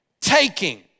taking